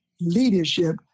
Leadership